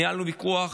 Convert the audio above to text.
ניהלנו ויכוח